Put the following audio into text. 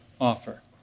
offer